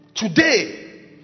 Today